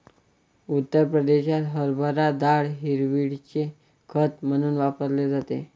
उत्तर प्रदेशात हरभरा डाळ हिरवळीचे खत म्हणून वापरली जाते